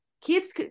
keeps